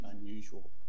unusual